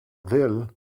will